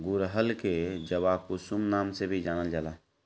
गुड़हल के जवाकुसुम नाम से भी जानल जाला